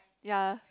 ya